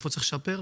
איפה צריך לשפר.